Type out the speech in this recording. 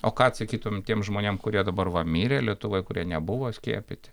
o ką atsakytum tiem žmonėm kurie dabar va mirė lietuvoj kurie nebuvo skiepyti